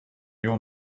your